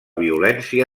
violència